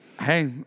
Hey